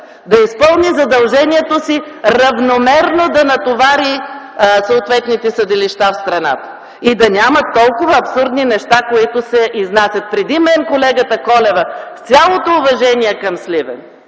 да изпълни задължението си равномерно да натовари съответните съдилища в страната. И да няма толкова абсурдни неща, които се изнасят. Преди мен колегата Колева, с цялото уважение към Сливен